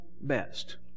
Best